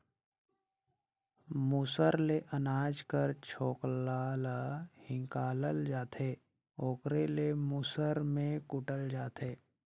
मूसर ले अनाज कर छोकला ल हिंकालल जाथे ओकरे ले मूसर में कूटल जाथे